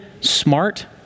smart